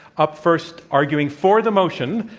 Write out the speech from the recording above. up first arguing for the motion,